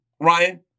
Ryan